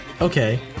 Okay